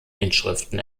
inschriften